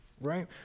right